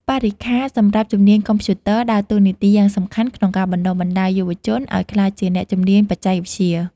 បរិក្ខារសម្រាប់ជំនាញកុំព្យូទ័រដើរតួនាទីយ៉ាងសំខាន់ក្នុងការបណ្តុះបណ្តាលយុវជនឱ្យក្លាយជាអ្នកជំនាញបច្ចេកវិទ្យា។